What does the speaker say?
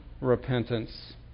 repentance